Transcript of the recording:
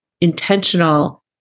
intentional